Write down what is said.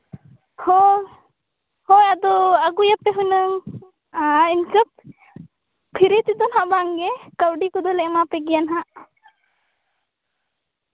ᱦᱚᱸ ᱦᱳᱭ ᱟᱫᱚ ᱟᱹᱜᱩᱭᱟᱯᱮ ᱦᱩᱱᱟᱹᱝ ᱟᱨ ᱤᱱᱠᱟᱹ ᱯᱷᱨᱤ ᱛᱮᱫᱚ ᱱᱟᱜ ᱵᱟᱝ ᱜᱮ ᱠᱟᱹᱣᱰᱤ ᱠᱚᱫᱚᱞᱮ ᱮᱢᱟᱯᱮ ᱜᱮᱭᱟ ᱱᱟᱜ